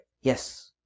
yes